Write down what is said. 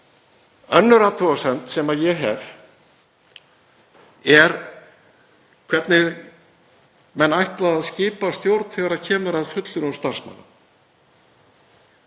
Önnur athugasemd sem ég hef er hvernig menn ætla að skipa stjórn þegar kemur að fulltrúum starfsmanna.